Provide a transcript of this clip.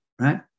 right